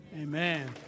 Amen